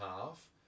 half